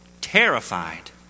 terrified